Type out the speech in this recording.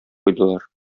куйдылар